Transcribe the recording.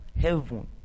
heaven